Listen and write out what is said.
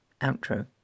outro